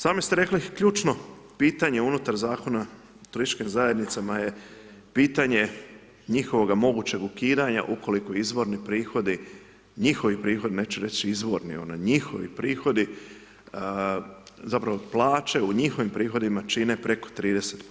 Sami ste rekli ključno pitanje unutar Zakona o turističkim zajednicama je pitanje njihovoga mogućega ukidanja ukoliko izvorni prihodi, njihovi prihodi, neću reći izvorni, njihovi prihodi, zapravo, plaće u njihovim prihodima čine preko 30%